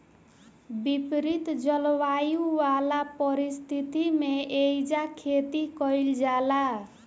विपरित जलवायु वाला परिस्थिति में एइजा खेती कईल जाला